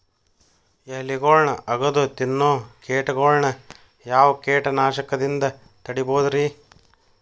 ಎಲಿಗೊಳ್ನ ಅಗದು ತಿನ್ನೋ ಕೇಟಗೊಳ್ನ ಯಾವ ಕೇಟನಾಶಕದಿಂದ ತಡಿಬೋದ್ ರಿ?